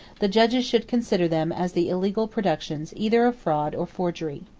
the judges should consider them as the illegal productions either of fraud or forgery.